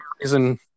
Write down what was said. reason